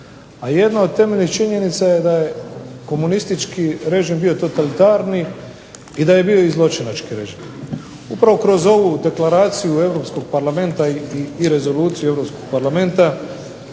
jedna od temeljnih činjenica je da je komunistički režim bio totalitarni i da je bio i zločinački režim. Upravo kroz ovu Deklaraciju Europskog parlamenta i Rezolucije Europskog parlamenta